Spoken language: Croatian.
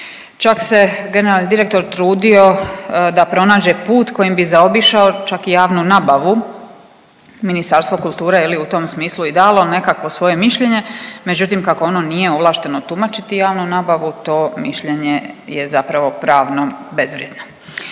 Čak se generalni direktor trudio da pronađe put kojim bi zaobišao čak i javnu nabavu. Ministarstvo kulture je li u tom smislu i dalo nekakvo svoje mišljenje, međutim kako ono nije ovlašteno tumačiti javnu nabavu to mišljenje je zapravo pravno bezvrijedno.